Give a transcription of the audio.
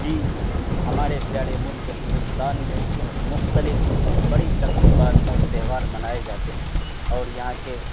جی ہمارے پیارے ملک ہندوستان میں مختلف بڑی تقریبات اور تہوار منائے جاتے ہیں اور یہاں کے